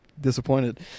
disappointed